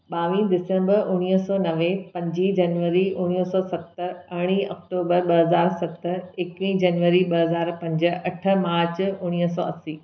ॿावीह दिसंबर उणिवीह सौ नवे पंजीं जनवरी उणिवीह सौ सत अरिड़हां अक्टूबर ॿ हज़ार सत एकवीह जनवरी ॿ हज़ार पंज अठ मार्च उणिवीह सौ असी